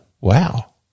Wow